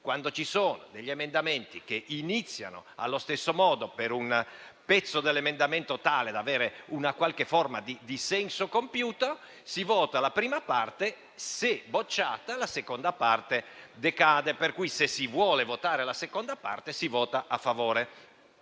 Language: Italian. quando ci sono degli emendamenti che iniziano allo stesso modo e questa prima parte è tale da avere una qualche forma di senso compiuto, la si vota; se respinta, la seconda parte decade. Per cui, se si vuole votare la seconda parte, si vota a favore